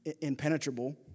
impenetrable